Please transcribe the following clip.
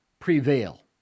prevail